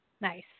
Nice